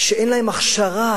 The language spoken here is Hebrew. שאין להם הכשרה,